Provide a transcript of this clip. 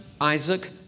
Isaac